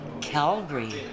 Calgary